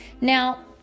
Now